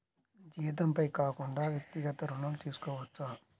జీతంపై కాకుండా వ్యక్తిగత ఋణం తీసుకోవచ్చా?